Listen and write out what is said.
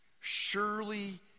Surely